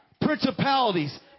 principalities